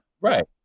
Right